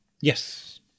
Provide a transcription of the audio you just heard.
Yes